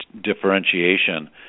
differentiation